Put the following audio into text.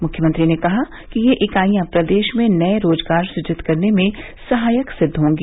मुख्यमंत्री ने कहा कि ये इकाइयां प्रदेश में नए रोजगार सृजित करने में सहायक सिद्ध होंगी